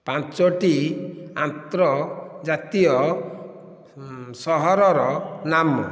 ପାଞ୍ଚଟି ଆନ୍ତର୍ଜାତୀୟ ସହରର ନାମ